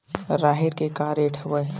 राहेर के का रेट हवय?